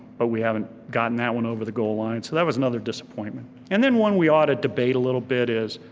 but we haven't gotten that one over the goal line. so that was another disappointment. and then one we ought to debate a little bit is,